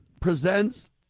presents